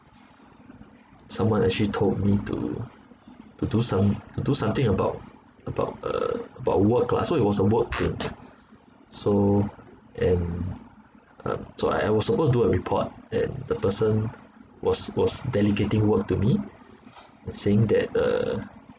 someone actually told me to to do some to do something about about uh about work lah so it was a work thing so and um so I I was supposed to do a report and the person was was delegating work to me saying that uh